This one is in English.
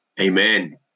Amen